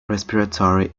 respiratory